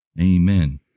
Amen